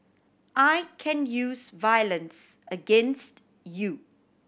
I can use violence against you